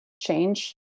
change